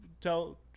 tell